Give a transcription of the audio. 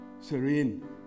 Serene